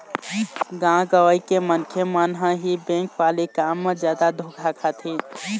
गाँव गंवई के मनखे मन ह ही बेंक वाले काम म जादा धोखा खाथे